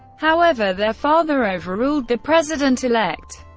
however, their father overruled the president-elect.